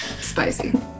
Spicy